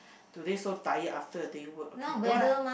today so tired after a day work okay don't want lah